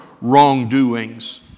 wrongdoings